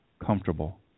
comfortable